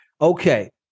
Okay